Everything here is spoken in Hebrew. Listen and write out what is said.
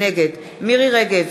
נגד מירי רגב,